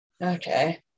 Okay